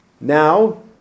Now